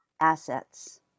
assets